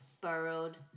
burrowed